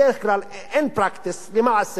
בדרך כלל אין פרקטיקה,